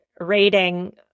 rating